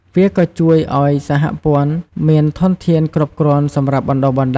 វាក៏ជួយឲ្យសហព័ន្ធមានធនធានគ្រប់គ្រាន់សម្រាប់បណ្តុះបណ្តាល បំពាក់ឧបករណ៍ និងរៀបចំការប្រកួតដែលមានគុណភាពកាន់តែខ្ពស់។